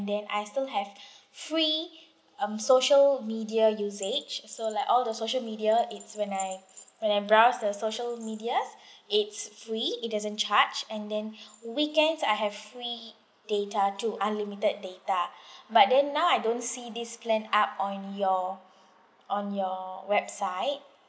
then I still have free um social media usage so like all the social media it's when I when I browse the social medias it's free it doesn't charge and then weekends I have free data too unlimited data but then now I don't see this plan up on your on your website